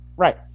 Right